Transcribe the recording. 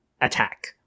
attack